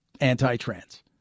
anti-trans